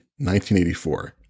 1984